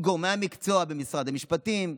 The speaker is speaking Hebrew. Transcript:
עם גורמי המקצוע במשרד המשפטים,